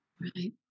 right